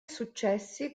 successi